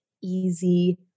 easy